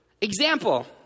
Example